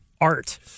art